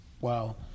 Wow